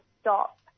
stop